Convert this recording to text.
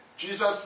Jesus